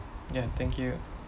ya thank you